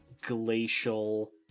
glacial